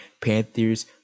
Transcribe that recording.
Panthers